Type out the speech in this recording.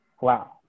Wow